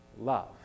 Love